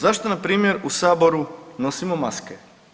Zašto npr. u Saboru nosimo maske?